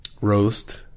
Roast